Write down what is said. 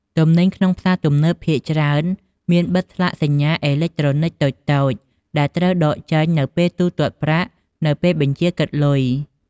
ទំនិញក្នុងផ្សារទំនើបភាគច្រើនមានបិទស្លាកសញ្ញាអេឡិចត្រូនិកតូចៗដែលត្រូវដកចេញ នៅពេលទូទាត់ប្រាក់នៅពេលបញ្ជាគិតលុយ។